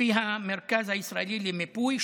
לפי המרכז הישראלי למיפוי,